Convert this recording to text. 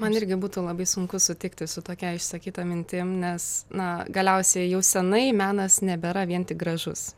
man irgi būtų labai sunku sutikti su tokia išsakyta mintim nes na galiausiai jau senai menas nebėra vien tik gražus